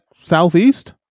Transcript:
southeast